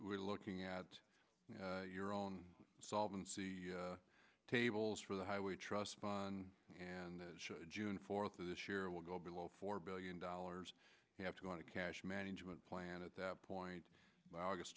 are looking at your own solvency tables for the highway trust fund and june fourth of this year will go below four billion dollars you have to go on a cash management plan at that point by august